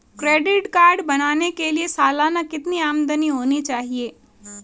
Credit card बनाने के लिए सालाना कितनी आमदनी होनी चाहिए?